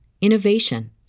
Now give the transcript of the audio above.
innovation